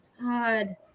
God